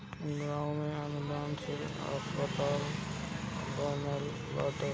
गांव में अनुदान से अस्पताल बनल बाटे